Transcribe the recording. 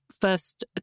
first